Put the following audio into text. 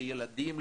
לילדים,